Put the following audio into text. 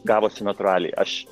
gavosi natūraliai aš